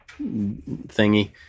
thingy